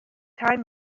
time